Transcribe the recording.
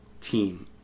team